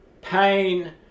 pain